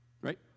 Right